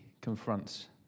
confronts